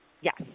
Yes